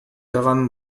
daran